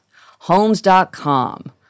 Homes.com